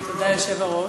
תודה, היושב-ראש.